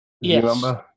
Yes